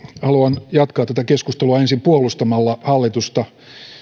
haluan jatkaa tätä keskustelua ensin puolustamalla hallitusta